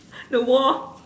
the war